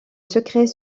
secret